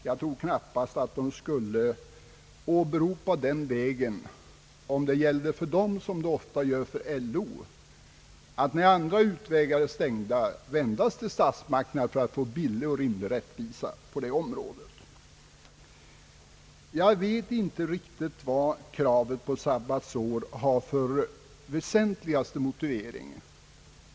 Jag tror knappast att de skulle välja den vägen, om det gällde för dem, som så ofta varit fallet för LO, att när andra utvägar är stängda vända sig till statsmakterna för att få rimlig rättvisa. Jag vet inte riktigt vad den väsentligaste motiveringen är till kravet på sabbatsår.